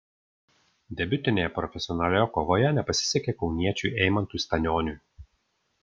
debiutinėje profesionalioje kovoje nepasisekė kauniečiui eimantui stanioniui